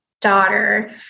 daughter